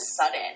sudden